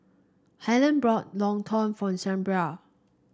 Helyn brought Lontong for Shelba